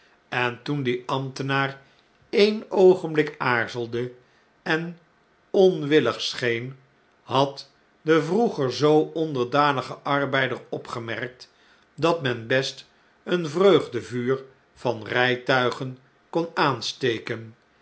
en toen die ambtenaar een oogenblik aarzelde en onwillig scheen had de vroeger zoo onderdanige arbeider opgemerkt dat men best een vreugdevuur van rijtuigen kon aansteken